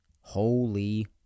Holy